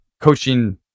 coaching